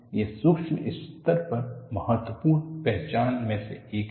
यह सूक्ष्म स्तर पर महत्वपूर्ण पहचान में से एक है